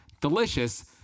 delicious